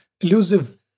elusive